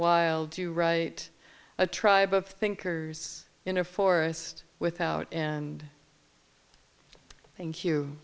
wild to write a tribe of thinkers in a forest without and thank you